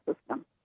system